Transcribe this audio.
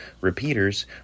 repeaters